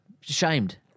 shamed